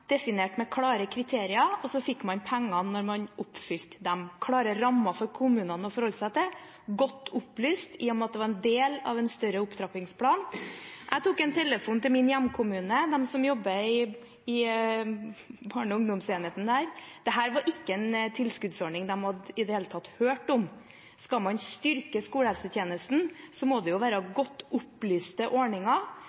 definert med klare kriterier, og så fikk man penger når man oppfylte dem – klare rammer for kommunene å forholde seg til og godt opplyst, i og med at det var en del av en større opptrappingsplan. Jeg tok en telefon til min hjemkommune og dem som jobber i barne- og ungdomsenheten der, og dette var ikke en tilskuddsordning de i det hele tatt hadde hørt om. Skal man styrke skolehelsetjenesten, må det jo være